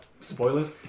Spoilers